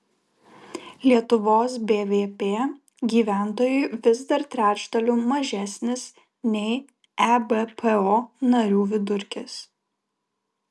lietuvos bvp gyventojui vis dar trečdaliu mažesnis nei ebpo narių vidurkis